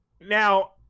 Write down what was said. Now